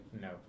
No